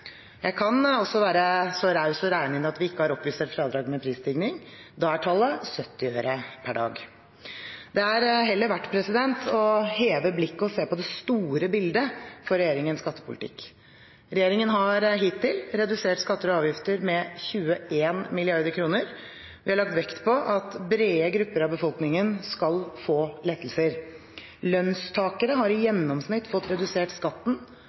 Jeg kan også være så raus å regne inn at vi ikke har oppjustert fradraget med prisstigning, da er tallet 70 øre per dag. Det er heller verdt å heve blikket og se på det store bildet for regjeringens skattepolitikk. Regjeringen har hittil redusert skatter og avgifter med 21 mrd. kr, og vi har lagt vekt på at brede grupper av befolkningen skal få lettelser. Lønnstakere har i gjennomsnitt fått redusert skatten